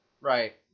Right